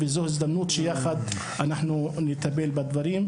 וזו ההזדמנות שיחד אנחנו נטפל בדברים.